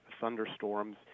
thunderstorms